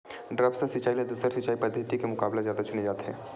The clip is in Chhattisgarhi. द्रप्स सिंचाई ला दूसर सिंचाई पद्धिति के मुकाबला जादा चुने जाथे